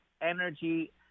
energy